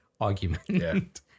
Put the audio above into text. argument